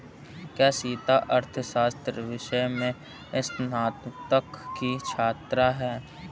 क्या सीता अर्थशास्त्र विषय में स्नातक की छात्रा है?